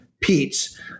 Pete's